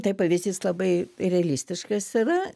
tai pavyzdys labai realistiškas yra